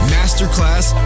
Masterclass